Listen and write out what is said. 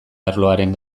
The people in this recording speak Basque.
arloaren